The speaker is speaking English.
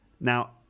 now